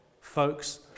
folks